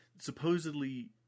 supposedly